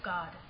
God